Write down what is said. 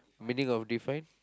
meaning of define